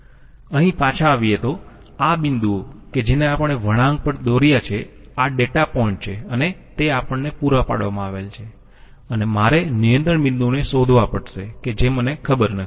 અહીં પાછા આવીયે તો આ બિંદુઓ કે જેને આપણે વળાંક પર દોર્યા છે આ ડેટા પોઈન્ટ છે અને તે આપણને પૂરા પાડવામાં આવેલ છે અને મારે નિયંત્રણ બિંદુઓને શોધવા પડશે કે જે મને ખબર નથી